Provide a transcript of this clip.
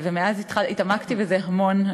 ומאז התעמקתי בזה המון.